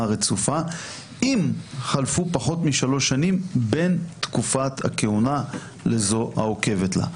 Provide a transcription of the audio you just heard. רצופה אם חלפו פחות מ-3 שנים בין תקופת הכהונה לזו העוקבת לה.